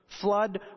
flood